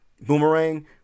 boomerang